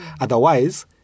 Otherwise